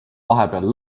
vahepeal